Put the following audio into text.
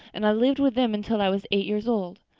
and i lived with them until i was eight years old.